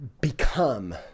become